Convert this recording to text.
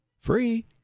free